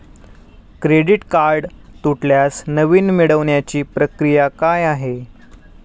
Credit card तुटल्यास नवीन मिळवण्याची प्रक्रिया काय आहे?